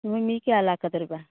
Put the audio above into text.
ꯅꯈꯣꯏ ꯃꯤ ꯀꯌꯥ ꯂꯥꯛꯀꯗꯣꯔꯤꯕ